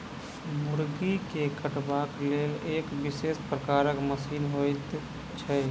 मुर्गी के कटबाक लेल एक विशेष प्रकारक मशीन होइत छै